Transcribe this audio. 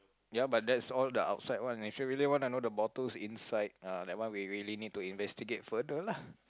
ya but that's all the outside one you should really want to know the bottles inside ah that one we really need to investigate further lah